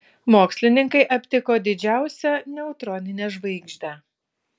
mokslininkai aptiko didžiausią neutroninę žvaigždę